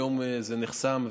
היום זה נחסם,